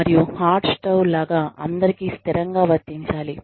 మరియు హాట్ స్టవ్లాగా అందరికీ స్థిరంగా వర్తించాలి